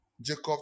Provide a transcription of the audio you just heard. Jacob